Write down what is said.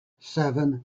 seven